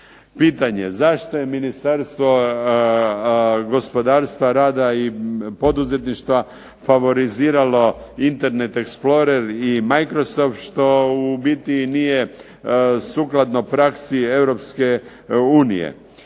Pitanje, zašto je Ministarstvo gospodarstva, rada i poduzetništvo favoriziralo internet explorer i Microsoft što u biti nije sukladno praksi